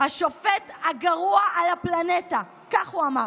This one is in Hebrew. "השופט הגרוע על הפלנטה", כך הוא אמר.